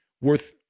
worth